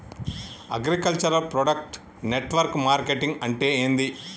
Agriculture product network marketing అంటే ఏంది?